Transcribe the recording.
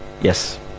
Yes